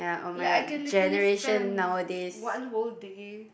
like I can literally spam one whole day